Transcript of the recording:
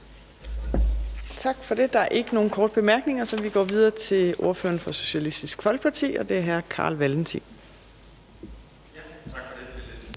Tak for det. Der er ikke nogen korte bemærkninger, så vi går videre til ordføreren for Socialistisk Folkeparti, og det er hr. Carl Valentin. Kl.